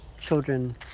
children